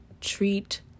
treat